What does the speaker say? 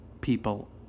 people